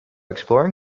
exploring